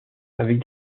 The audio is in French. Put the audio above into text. avec